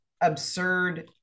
absurd